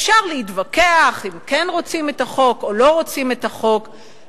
אפשר להתווכח אם כן רוצים את החוק או לא רוצים את החוק,